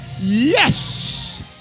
yes